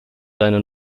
deine